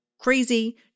crazy